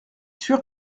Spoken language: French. sûr